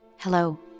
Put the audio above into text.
hello